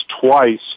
twice